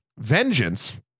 vengeance